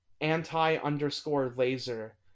anti-underscore-laser